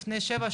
לפני שבע,